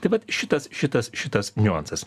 tai vat šitas šitas šitas niuansas